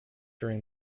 during